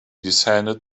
descended